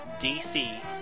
DC